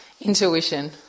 Intuition